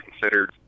considered